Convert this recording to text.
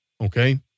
okay